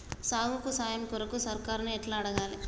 సాగుకు సాయం కొరకు సర్కారుని ఎట్ల అడగాలే?